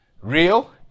real